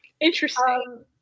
Interesting